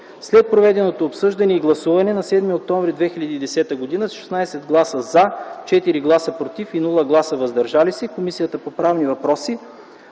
След проведеното обсъждане и гласуване на 7 октомври 2010 г., с 16 гласа „за”, 4 гласа „против” и без „въздържали се”, Комисията по правни въпроси